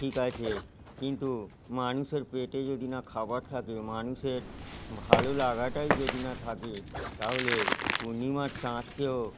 ঠিক আছে কিন্তু মানুষের পেটে যদি না খাবার থাকে মানুষের ভালো লাগাটাই যদি না থাকে তাহলে পূর্ণিমার চাঁদকেও